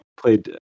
played